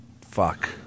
fuck